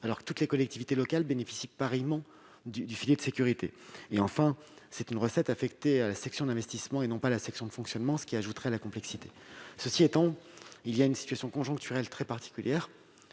alors que toutes les collectivités locales bénéficient pareillement du filet de sécurité. Enfin, la recette est affectée à la section d'investissement et non à la section de fonctionnement, ce qui ajoute un élément de complexité. Cela étant, la situation conjoncturelle très particulière